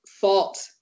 fault